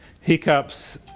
hiccups